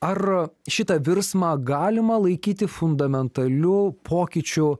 ar šitą virsmą galima laikyti fundamentaliu pokyčiu